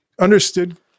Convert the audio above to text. understood